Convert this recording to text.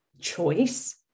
choice